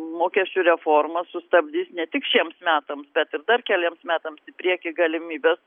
mokesčių reforma sustabdys ne tik šiems metams bet ir dar keliems metams į priekį galimybes